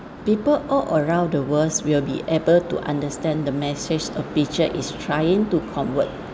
people all around the world will be able to understand the message a picture is trying to convert